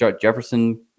Jefferson